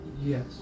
Yes